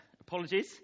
apologies